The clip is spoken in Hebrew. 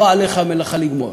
לא עליך המלאכה לגמור.